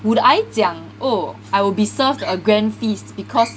would I 讲 oh I will be served a grand feast because